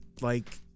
like-